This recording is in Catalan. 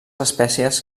espècies